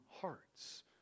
hearts